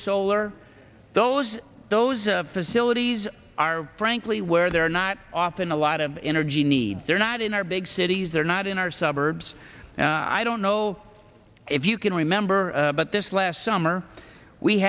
solar those those facilities are frankly where they're not often a lot of energy needs are not in our big cities they're not in our suburbs and i don't know if you can remember but this last summer we